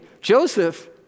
Joseph